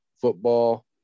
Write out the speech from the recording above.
football